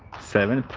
seven three.